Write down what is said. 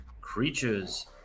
creatures